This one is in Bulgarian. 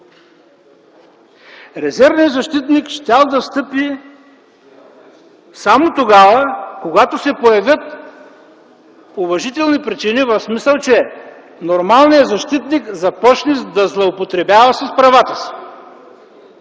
резервният защитник щял да встъпи само тогава, когато се появят уважителни причини, в смисъл, че нормалният защитник започне да злоупотребява с правата си.